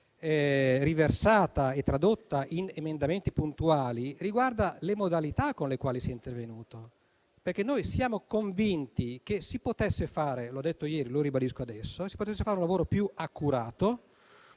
riversata e tradotta in emendamenti puntuali, riguarda le modalità con le quali si è intervenuti, perché noi siamo convinti che si potesse fare - l'ho detto ieri e lo ribadisco adesso - un lavoro più accurato